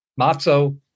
Mazzo